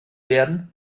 werden